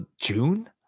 june